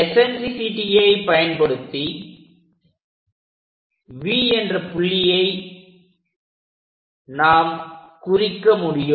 எஸன்ட்ரிசிட்டியை பயன்படுத்தி V என்ற புள்ளியை நாம் குறிக்க முடியும்